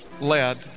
led